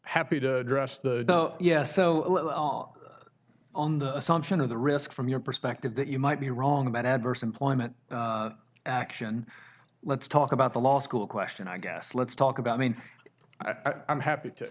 happy to address the yes so on the assumption of the risk from your perspective that you might be wrong about adverse employment action let's talk about the law school question i guess let's talk about mean i'm happy to